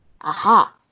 Aha